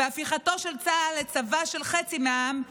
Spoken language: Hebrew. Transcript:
והפיכתו של צה"ל לצבא של חצי מהעם.